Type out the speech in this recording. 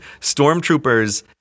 stormtroopers